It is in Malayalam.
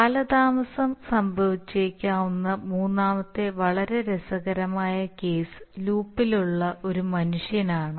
കാലതാമസം സംഭവിച്ചേക്കാവുന്ന മൂന്നാമത്തെ വളരെ രസകരമായ കേസ് ലൂപ്പിലുള്ള ഒരു മനുഷ്യനാണ്